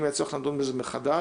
אם יהיה צורך נדון בזה מחדש,